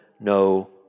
no